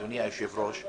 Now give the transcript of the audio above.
אדוני היושב-ראש,